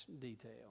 detail